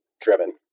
driven